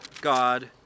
god